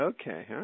Okay